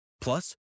Plus